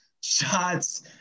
shots